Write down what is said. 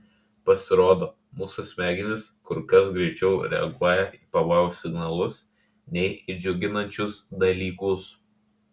pasirodo mūsų smegenys kur kas greičiau reaguoja į pavojaus signalus nei į džiuginančius dalykus